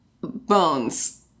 bones